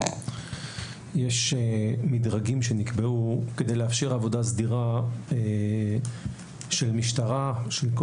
יש מדרגים שנקבעו כדי לאפשר עבודה סדירה של משטרה - של כל